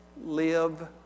live